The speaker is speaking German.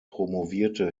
promovierte